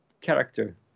character